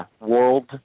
World